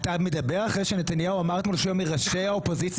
מדבר אחרי שנתניהו אמר אתמול שהוא היה מראשי האופוזיציה